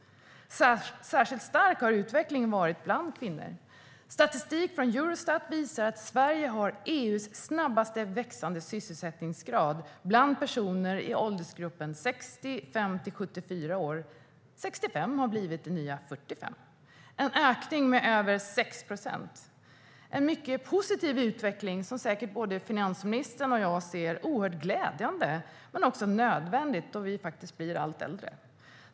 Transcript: Särskilt stark har utvecklingen varit bland kvinnor. Statistik från Eurostat visar att Sverige har EU:s snabbast växande sysselsättningsgrad bland personer i åldersgruppen 65-74 år. 65 har blivit det nya 45. Det handlar om en ökning på över 6 procent. Det är en mycket positiv utveckling som säkert både finansministern och jag ser som glädjande men också nödvändig eftersom vi blir allt äldre.